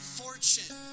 Fortune